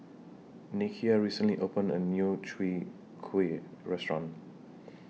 Nikia recently opened A New Chwee Kueh Restaurant